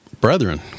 brethren